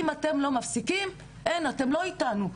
אם אתן לא מפסיקות אין אתן לא איתנו.